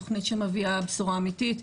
תוכנית שמביאה בשורה אמיתית.